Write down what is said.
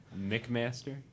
McMaster